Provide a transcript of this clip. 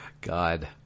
God